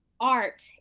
art